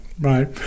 right